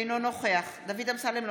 אינו נוכח דוד אמסלם,